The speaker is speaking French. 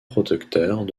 protecteurs